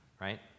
Right